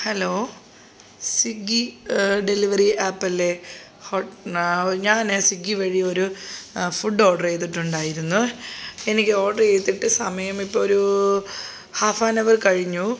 hello Swiggy delivery app അല്ലേ ഹോട് ഞാൻ സിഗ്ഗി വഴി ഒരു ഫുഡ് ഓർഡർ ചെയ്തിട്ടുണ്ടായിരുന്നു എനിക്ക് ഓർഡർ ചെയ്തിട്ട് സമയം ഇപ്പോൾ ഒരു ഹാഫ് ആൻ അവർ കഴിഞ്ഞു